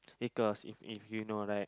because if if you know like